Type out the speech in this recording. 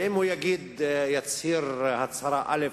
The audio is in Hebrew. ואם הוא יצהיר הצהרה א',